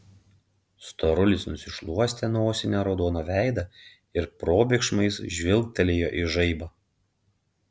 storulis nusišluostė nosine raudoną veidą ir probėgšmais žvilgtelėjo į žaibą